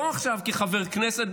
לא עכשיו כחבר כנסת,